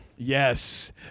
Yes